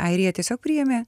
airija tiesiog priėmė